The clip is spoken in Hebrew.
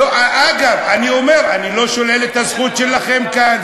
אגב, אני אומר, אני לא שולל את הזכות שלכם כאן.